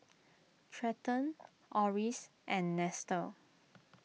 Trenten Orris and Nestor